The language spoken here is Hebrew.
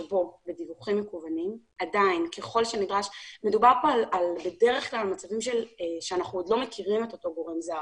בדרך כלל מדובר כאן על מצבים שאנחנו עוד לא מכירים את אותו גורם זר.